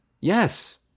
Yes